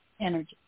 energy